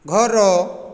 ଘର